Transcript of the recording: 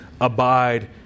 abide